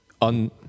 on